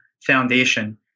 foundation